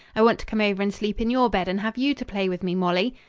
i want to come over and sleep in your bed and have you to play with me, molly.